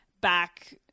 back